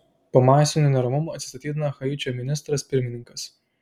po masinių neramumų atsistatydina haičio ministras pirmininkas